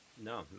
No